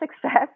success